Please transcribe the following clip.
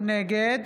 נגד